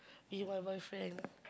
he my boyfriend